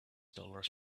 dollars